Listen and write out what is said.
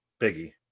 Biggie